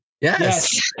Yes